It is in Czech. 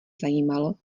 zajímalo